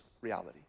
reality